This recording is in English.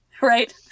Right